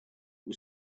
was